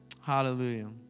Hallelujah